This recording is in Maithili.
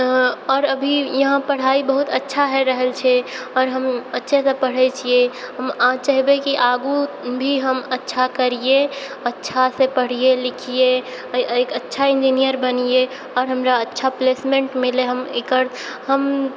अऽ आओर अभी इहाँ पढ़ाइ बहुत अच्छा हय रहल छै आओर हम अच्छे से पढ़ै छियै हम अहाँ चाहबै कि आगू भी हम अच्छा करियै अच्छासँ पढ़ियै लिखियै अऽ अऽ एक अच्छा इन्जीनियर बनियै आओर हमरा अच्छा प्लेसमेन्ट मिलै हम एकर हम